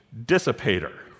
dissipator